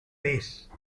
base